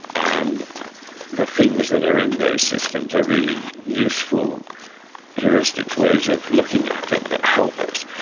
and the things that are in those systems are really useful heuristics ways of looking at it that help us,